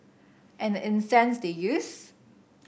and the 'incense' they used